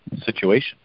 situation